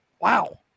Wow